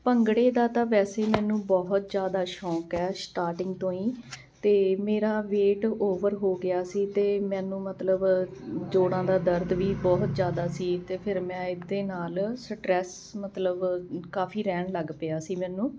ਭੰਗੜੇ ਦਾ ਤਾਂ ਵੈਸੇ ਮੈਨੂੰ ਬਹੁਤ ਜ਼ਿਆਦਾ ਸ਼ੌਂਕ ਹੈ ਸਟਾਰਟਿੰਗ ਤੋਂ ਹੀ ਅਤੇ ਮੇਰਾ ਵੇਟ ਓਵਰ ਹੋ ਗਿਆ ਸੀ ਅਤੇ ਮੈਨੂੰ ਮਤਲਬ ਜੋੜਾਂ ਦਾ ਦਰਦ ਵੀ ਬਹੁਤ ਜ਼ਿਆਦਾ ਸੀ ਅਤੇ ਫਿਰ ਮੈਂ ਇਹਦੇ ਨਾਲ ਸਟਰੈਸ ਮਤਲਬ ਕਾਫੀ ਰਹਿਣ ਲੱਗ ਪਿਆ ਸੀ ਮੈਨੂੰ